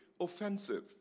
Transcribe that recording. offensive